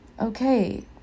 okay